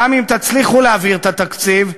גם אם תצליחו להעביר את התקציב,